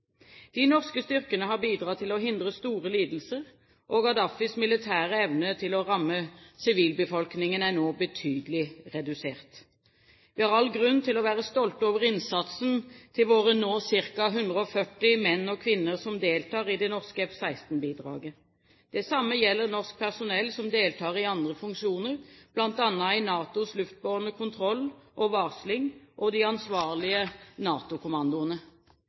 De norske styrkene har bidratt til å hindre store lidelser, og Gaddafis militære evne til å ramme sivilbefolkningen er nå betydelig redusert. Vi har all grunn til å være stolte over innsatsen til våre nå ca. 140 menn og kvinner som deltar i det norske F-16-bidraget. Det samme gjelder norsk personell som deltar i andre funksjoner, bl.a. i NATOs luftbårne kontroll og varsling og de ansvarlige